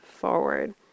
forward